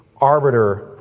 arbiter